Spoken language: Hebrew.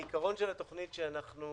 העיקרון של התוכנית, עליה